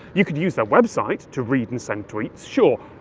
you could use their web site to read and send tweets, sure,